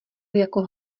jako